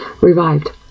revived